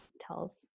tells